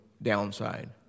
downside